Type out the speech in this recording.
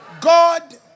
God